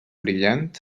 brillant